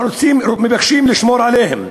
אנחנו מבקשים לשמור עליהן.